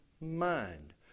mind